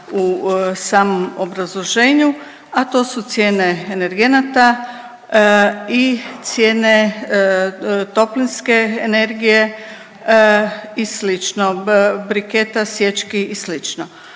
u samom obrazloženju, a to su cijene energenata i cijene toplinske energije i slično, briketa, sječki i